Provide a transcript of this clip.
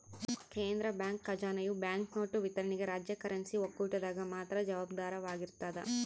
ಕೇಂದ್ರ ಬ್ಯಾಂಕ್ ಖಜಾನೆಯು ಬ್ಯಾಂಕ್ನೋಟು ವಿತರಣೆಗೆ ರಾಜ್ಯ ಕರೆನ್ಸಿ ಒಕ್ಕೂಟದಾಗ ಮಾತ್ರ ಜವಾಬ್ದಾರವಾಗಿರ್ತದ